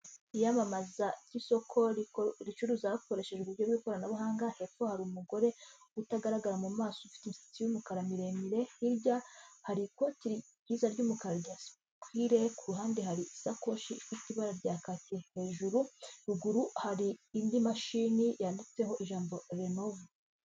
Iyamamaza ry'isoko ricuruza hakoreshejwe uburyo bw'ikoranabuhanga. Hepfo hari umugore utagaragara mu maso ufite imisatsi y'umukara miremire. Hirya hari ryiza ry'mukara rya sitire. Ku ruhande hari isakoshi ifite ibara rya kaki. Hejuru ruguru hari indi mashini yanditseho ijambo renovo.